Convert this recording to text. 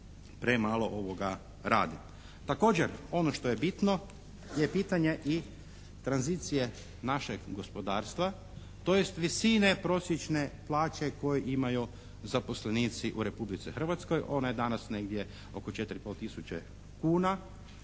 premalo radi. Također ono što je bitno je pitanje i tranzicije našeg gospodarstva, tj. visine prosječne plaće koje imaju zaposlenici u Republici Hrvatskoj. Ona je danas negdje oko četiri